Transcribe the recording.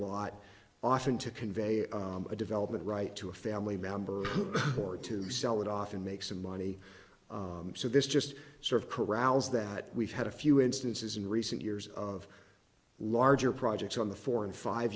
lot often to convey a development right to a family member or to sell it off and make some money so this to it's sort of corrals that we've had a few instances in recent years of larger projects on the four and five